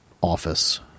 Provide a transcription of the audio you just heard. office